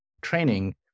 training